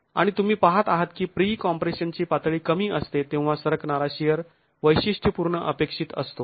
आणि तुम्ही पहात आहात की प्री कॉम्प्रेशन ची पातळी कमी असते तेव्हा सरकणारा शिअर वैशिष्ट्यपूर्ण अपेक्षित असतो